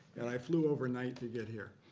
and i flew overnight to get here.